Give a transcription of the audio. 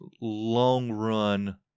long-run